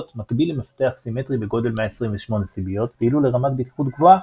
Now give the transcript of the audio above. מקביל למפתח סימטרי בגודל 128 סיביות ואילו לרמת בטיחות גבוהה,